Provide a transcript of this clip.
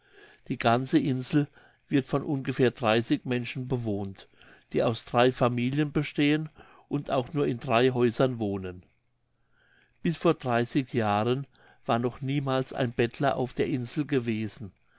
die ganze insel wird von ungefähr dreißig menschen bewohnt die aus drei familien bestehen und auch nur in drei häusern wohnen bis vor dreißig jahren war noch niemals ein bettler auf der insel gewesen